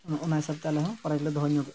ᱚᱱᱟ ᱦᱤᱥᱟᱹᱵᱽ ᱛᱮ ᱟᱞᱮᱦᱚᱸ ᱯᱨᱟᱭᱤᱡᱽᱞᱮ ᱫᱚᱦᱚ ᱧᱚᱜᱮᱜᱼᱟ